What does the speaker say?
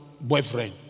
boyfriend